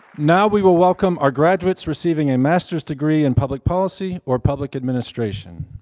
now, we will welcome our graduates receiving a master's degree in public policy, or public administration.